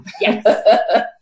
Yes